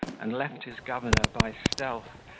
and left his governor by stealth,